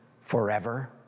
forever